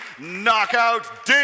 Knockout